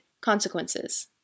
consequences